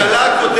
חבר הכנסת מרגי,